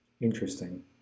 Interesting